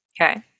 Okay